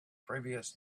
previous